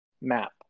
map